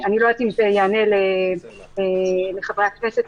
אני לא יודעת אם זה יענה לחברי כנסת,